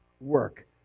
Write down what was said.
work